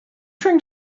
trying